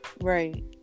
Right